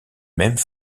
mêmes